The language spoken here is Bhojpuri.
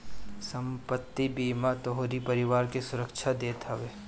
संपत्ति बीमा तोहरी परिवार के सुरक्षा देत हवे